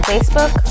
Facebook